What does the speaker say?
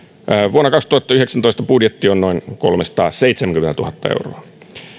vuonna kaksituhattayhdeksäntoista budjetti on noin kolmesataaseitsemänkymmentätuhatta euroa esitetyt